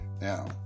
now